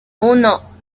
uno